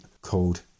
called